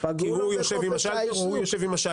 כי הוא יושב עם שלטר או הוא יושב עם השלטר.